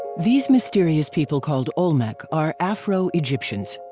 these mysterious people called olmec are afro egyptians.